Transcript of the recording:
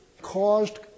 caused